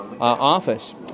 office